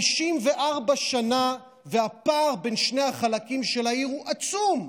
54 שנה, והפער בין שני החלקים של העיר הוא עצום.